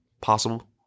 possible